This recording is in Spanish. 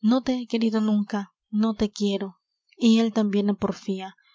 no te he querido nunca no te quiero y él tambien á porfía